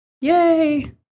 Yay